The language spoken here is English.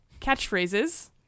Catchphrases